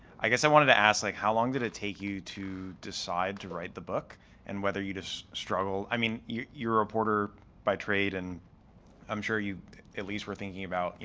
i guess i wanted to ask, like how long did it take you to decide to write the book and whether you just struggled i mean, you're you're a reporter by trade and i'm sure you at least were thinking about,